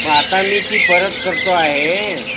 मग आता मी ती परत करतो आहे